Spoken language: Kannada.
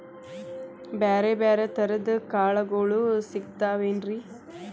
ಬ್ಯಾರೆ ಬ್ಯಾರೆ ತರದ್ ಕಾಳಗೊಳು ಸಿಗತಾವೇನ್ರಿ?